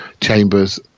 Chambers